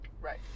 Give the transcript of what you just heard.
Right